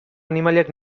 animaliak